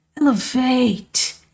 elevate